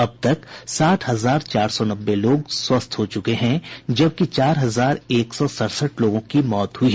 अब तक साठ हजार चार सौ नब्बे लोग स्वस्थ हो च्रके हैं जबकि चार हजार एक सौ सड़सठ लोगों की मौत हुई है